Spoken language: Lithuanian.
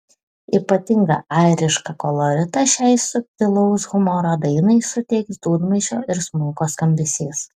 ypatingą airišką koloritą šiai subtilaus humoro dainai suteiks dūdmaišio ir smuiko skambesys